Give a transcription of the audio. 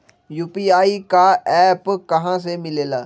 UPI का app कहा से मिलेला?